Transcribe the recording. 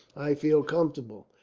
i feel comfortable.